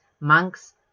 monks